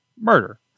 Murder